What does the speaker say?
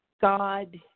god